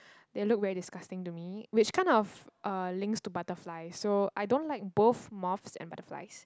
they look very disgusting to me which kind of uh links to butterflies so I don't like both moths and butterflies